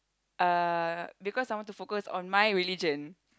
uh because I wanted to focus on my religion